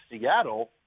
Seattle